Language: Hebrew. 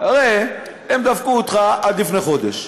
הרי הם דפקו אותך עד לפני חודש,